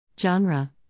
Genre